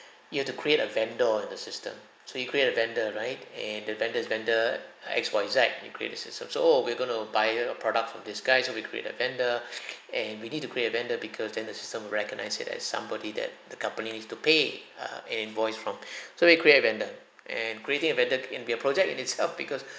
you have to create a vendor in the system so you create a vendor right and the vendor's vendor uh X Y Z you create in the system so we're going to buy a product from these guys so we create a vendor and we need to create a vendor because then the system will recognise it as somebody that the company needs to pay err an invoice from so we create a vendor and creating a vendor can be a project in itself because